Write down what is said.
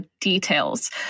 details